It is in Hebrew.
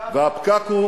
אתה הפקק.